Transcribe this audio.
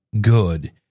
good